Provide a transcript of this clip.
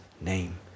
name